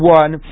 one